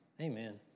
Amen